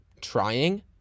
trying